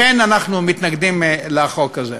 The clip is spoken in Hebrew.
לכן, אנחנו מתנגדים לחוק הזה.